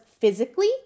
physically